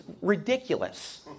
ridiculous